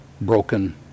broken